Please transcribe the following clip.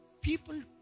people